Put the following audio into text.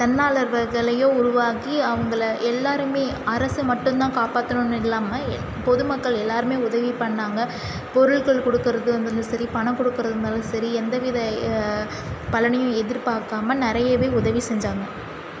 தன்னாலர்வர்களையும் உருவாக்கி அவங்கள எல்லாருமே அரசு மட்டும் தான் காப்பாற்றணுன்னு இல்லாமல் எ பொதுமக்கள் எல்லாருமே உதவிப் பண்ணாங்க பொருள்கள் கொடுக்குறதா இருந்தாலும் சரி பணம் கொடுக்கறதா இருந்தாலும் சரி எந்த வித பலனையும் எதிர்பாக்காமல் நிறையவே உதவி செஞ்சாங்க